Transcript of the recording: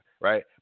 right